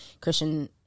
Christian